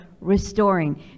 restoring